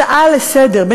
הצעה לסדר-היום,